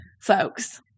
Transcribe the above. folks